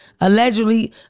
Allegedly